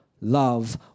Love